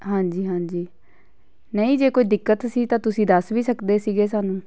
ਹਾਂਜੀ ਹਾਂਜੀ ਨਹੀਂ ਜੇ ਕੋਈ ਦਿੱਕਤ ਸੀ ਤਾਂ ਤੁਸੀਂ ਦੱਸ ਵੀ ਸਕਦੇ ਸੀਗੇ ਸਾਨੂੰ